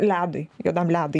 ledui juodam ledui